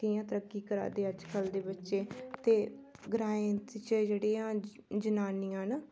कि'यां तरक्की करा दे अजकल दे बच्चे ते ग्राएं च जेह्ड़ियां जनानियां न